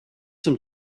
some